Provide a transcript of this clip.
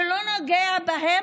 שלא נוגע בהם,